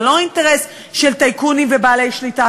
זה לא אינטרס של טייקונים ובעלי שליטה,